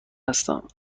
هستم